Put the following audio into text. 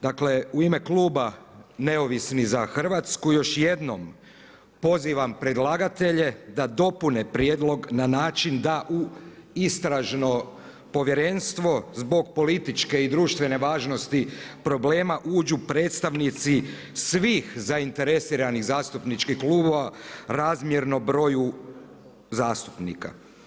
Dakle u ime kluba Neovisni za Hrvatsku još jednom pozivam predlagatelje da dopune prijedlog na način da u istražno povjerenstvo zbog političke i društvene važnosti problema uđu predstavnici svih zainteresiranih zastupničkih klubova razmjerno broju zastupnika.